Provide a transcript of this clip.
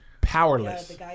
powerless